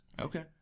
okay